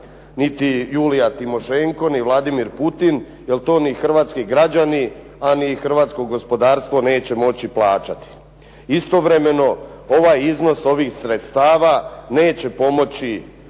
niti Julija Timošenko ni Vladimir Putin jer to ni hrvatski građani, a ni hrvatsko gospodarstvo neće moći plaćati. Istovremeno, ovaj iznos ovih sredstava neće pomoći